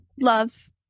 love